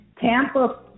Tampa